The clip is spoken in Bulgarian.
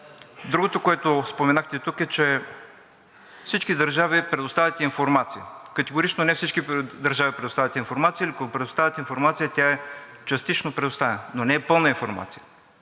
Другото, което споменахте тук, е, че всички държави предоставят информация. Категорично не всички държави предоставят информация или, ако предоставят информация, тя е частично предоставена, но не е пълна информацията.